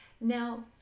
Now